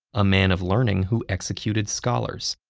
a man of learning who executed scholars.